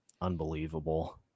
Unbelievable